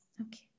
okay